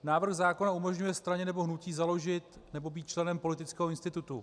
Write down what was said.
Návrh zákona umožňuje straně nebo hnutí založit nebo být členem politického institutu.